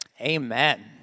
amen